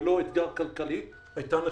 ולא אתגר כלכלי הייתה נכונות.